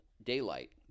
daylight